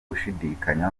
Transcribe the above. ushidikanya